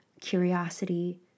curiosity